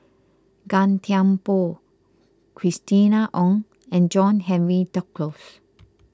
Gan Thiam Poh Christina Ong and John Henry Duclos